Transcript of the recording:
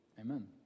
amen